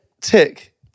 Tick